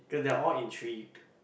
cause they are all intreated